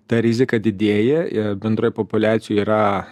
ta rizika didėja ir bendroj populiacijoj yra